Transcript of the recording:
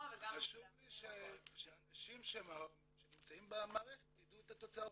--- חשוב לי שהאנשים שנמצאים במערכת ידעו את התוצאות.